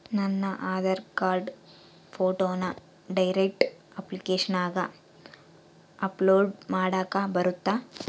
ನನ್ನ ಆಧಾರ್ ಕಾರ್ಡ್ ಫೋಟೋನ ಡೈರೆಕ್ಟ್ ಅಪ್ಲಿಕೇಶನಗ ಅಪ್ಲೋಡ್ ಮಾಡಾಕ ಬರುತ್ತಾ?